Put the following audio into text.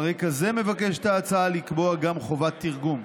על רקע זה מבקשת ההצעה לקבוע גם חובת תרגום.